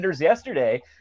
yesterday